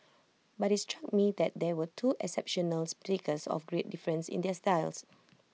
but IT struck me that there were two exceptional speakers of great difference in their styles